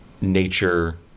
nature